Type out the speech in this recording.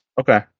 Okay